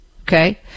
okay